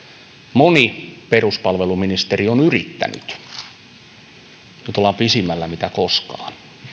moni peruspalveluministeri on yrittänyt nyt ollaan pisimmällä koskaan